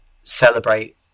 celebrate